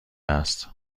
است